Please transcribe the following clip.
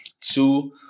Two